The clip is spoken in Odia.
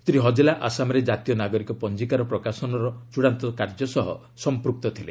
ଶ୍ରୀ ହଜେଲା ଆସାମରେ ଜାତୀୟ ନାଗରିକ ପଞ୍ଜିକାର ପ୍ରକାଶନର ଚୂଡ଼ାନ୍ତ କାର୍ଯ୍ୟ ସହ ସମ୍ପୁକ୍ତ ଥିଲେ